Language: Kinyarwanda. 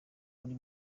kuri